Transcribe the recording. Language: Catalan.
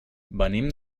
venim